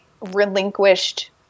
relinquished